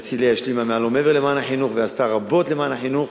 הרצלייה השלימה מעל ומעבר למען החינוך ועשתה רבות למען החינוך.